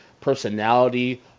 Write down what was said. personality